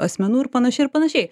asmenų ir panašiai ir panašiai